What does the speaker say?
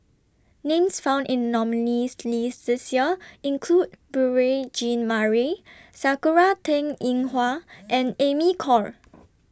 Names found in The nominees' list This Year include Beurel Jean Marie Sakura Teng Ying Hua and Amy Khor